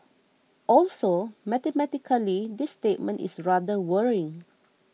also mathematically this statement is rather worrying